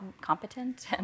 competent